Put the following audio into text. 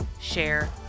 share